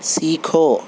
سیکھو